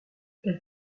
elle